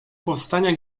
powstania